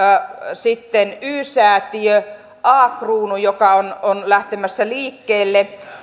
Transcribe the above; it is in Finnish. sitten y säätiö a kruunu joka on on lähtemässä liikkeelle